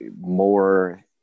more